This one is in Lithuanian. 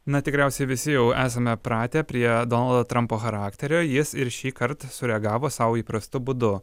na tikriausiai visi jau esame pratę prie donaldo trampo charakterio jis ir šįkart sureagavo sau įprastu būdu